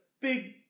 big